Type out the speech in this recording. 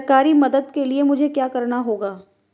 सरकारी मदद के लिए मुझे क्या करना होगा?